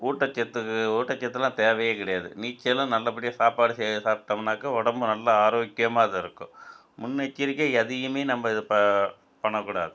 ஊட்டச்சத்துக்கு ஊட்டச்சத்துலாம் தேவையே கிடையாது நீச்சலும் நல்லபடியாக சாப்பாடு செய் சாப்பிட்டோமுன்னாக்கா உடம்பு நல்லா ஆரோக்கியமாக இருக்கும் முன்னெச்சரிக்கையாக எதையுமே நம்ம இது ப பண்ணக்கூடாது